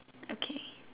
okay